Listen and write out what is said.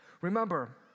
Remember